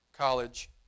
college